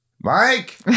Mike